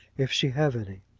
if she have any.